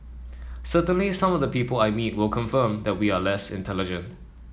certainly some of the people I meet will confirm that we are less intelligent